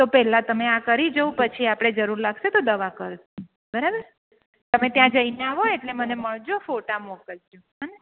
તો પહેલાં તમે આ કરી જુઓ પછી આપણે જરૂર લાગશે તો દવા કરીશું બરાબર તમે ત્યાં જઈને આવો ને એટલે મને મળજો ફોટા મોકલજો હોં ને